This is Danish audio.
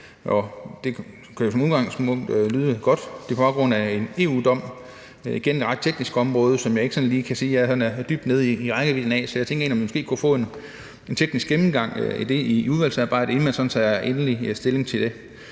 det kan som udgangspunkt jo lyde godt. Det er på baggrund af en EU-dom. Det er igen et ret teknisk område, som jeg ikke sådan lige kan sige jeg er dybt nede i rækkevidden af, så jeg tænker egentlig, om vi måske kunne få en teknisk gennemgang af det i udvalgsarbejdet, inden vi sådan tager endelig stilling til det.